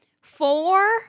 four